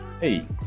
Hey